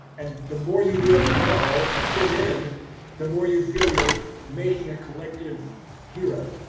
and the more you do it well and fit in the more you feel you're making a collective hero